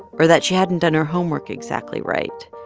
or that she hadn't done her homework exactly right.